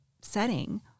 setting